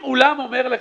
לעתים אולם אומר לך: